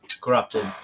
corrupted